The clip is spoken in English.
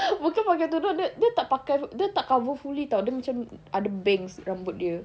bukan pakai tudung dia tak pakai dia tak cover fully [tau] dia macam ada bangs rambut dia